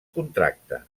contracta